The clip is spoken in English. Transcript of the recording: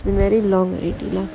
been very long already